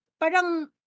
parang